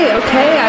okay